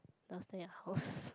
downstair my house